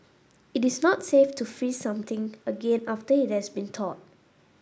it is not safe to freeze something again after it has been thawed